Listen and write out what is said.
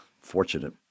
fortunate